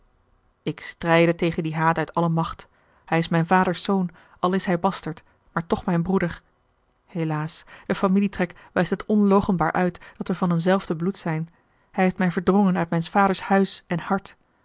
ik strijde tegen dien haat uit alle macht hij is mijns vaders zoon al is hij basterd maar toch mijn broeder helaas de familietrek wijst het onloochenbaar uit dat we van een zelfde bloed zijn hij heeft mij verdrongen uit mijns vaders huis en hart